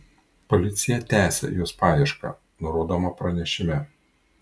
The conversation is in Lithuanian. policija tęsią jos paiešką nurodoma pranešime